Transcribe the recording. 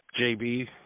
JB